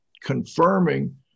confirming